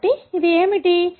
కాబట్టి ఇది ఏమిటి